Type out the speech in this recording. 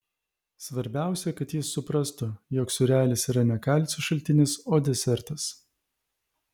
svarbiausia kad jis suprastų jog sūrelis yra ne kalcio šaltinis o desertas